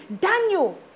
Daniel